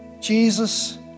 Jesus